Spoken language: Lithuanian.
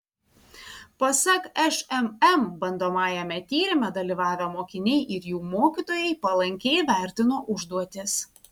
pasak šmm bandomajame tyrime dalyvavę mokiniai ir jų mokytojai palankiai vertino užduotis